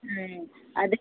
ಹ್ಞೂ ಅದಕ್ಕೆ